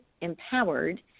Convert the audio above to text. empowered